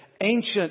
ancient